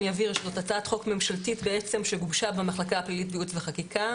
יש פה הצעת חוק ממשלתית שגובשה במחלקה הפלילית בייעוץ וחקיקה,